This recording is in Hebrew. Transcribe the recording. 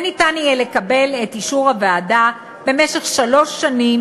וניתן יהיה לקבל את אישור הוועדה במשך שלוש שנים,